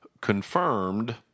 confirmed